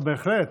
לא, בהחלט.